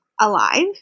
alive